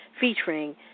featuring